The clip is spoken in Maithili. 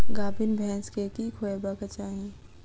गाभीन भैंस केँ की खुएबाक चाहि?